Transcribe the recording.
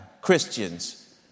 Christians